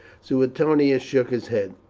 suetonius shook his head.